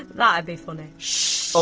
that'd be funny. ah